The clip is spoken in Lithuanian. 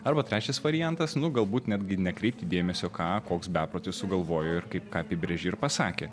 arba trečias variantas galbūt netgi nekreipti dėmesio ką koks beprotis sugalvojo ir kaip ką apibrėžė ir pasakė